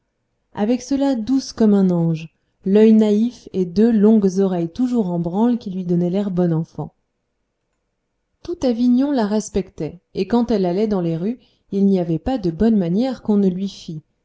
avec cela douce comme un ange l'œil naïf et deux longues oreilles toujours en branle qui lui donnaient l'air bon enfant tout avignon la respectait et quand elle allait dans les rues il n'y avait pas de bonnes manières qu'on ne lui fît